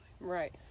Right